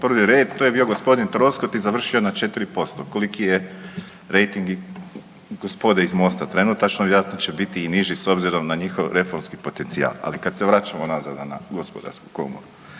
prvi red, to je bio g. Troskot i završio je na 4%, koliki je rejting i gospode iz Mosta trenutačno i zato će biti i niži s obzirom na njihov reformski potencijal. Ali kad se vraćamo nazad na Gospodarsku komoru,